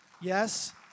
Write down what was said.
Yes